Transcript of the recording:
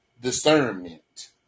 Discernment